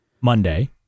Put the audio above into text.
Monday